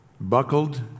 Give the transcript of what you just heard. buckled